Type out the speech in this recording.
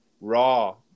raw